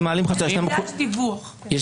יש דיווח?